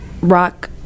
rock